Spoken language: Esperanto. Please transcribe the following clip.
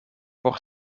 por